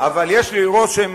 אבל יש לי רושם,